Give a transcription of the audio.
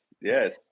yes